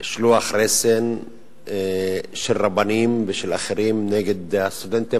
שלוח רסן של רבנים ושל אחרים נגד הסטודנטים,